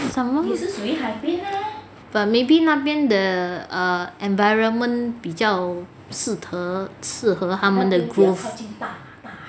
sembawang but maybe 那边 the err environment 比较适合适合他们的 growth